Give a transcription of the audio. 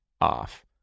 off